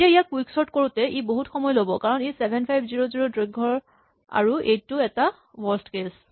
এতিয়া ইয়াক quick sort কৰোতে ই বহুত সময় লৈছে কাৰণ ই ৭৫০০ দৈৰ্ঘ্যৰ আৰু এইটো এটা ৱৰ্স্ট কেচ